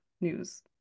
news